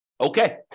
Okay